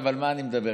על מה אני מדבר?